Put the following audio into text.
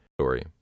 Story